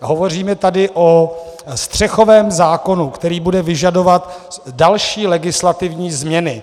Hovoříme tady o střechovém zákonu, který bude vyžadovat další legislativní změny.